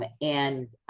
but and